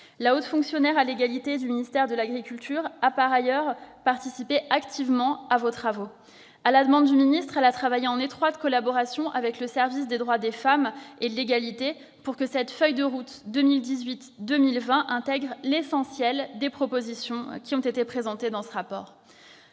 La haute fonctionnaire en charge de l'égalité au ministère de l'agriculture a activement participé à vos travaux. À la demande du ministre, elle a travaillé en étroite collaboration avec le service des droits des femmes et de l'égalité pour que cette feuille de route 2018-2020 intègre l'essentiel des propositions présentées dans ce rapport.